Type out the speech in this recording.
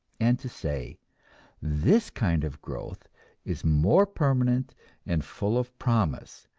and to say this kind of growth is more permanent and full of promise,